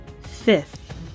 Fifth